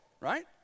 right